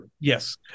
Yes